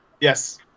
Yes